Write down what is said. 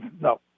no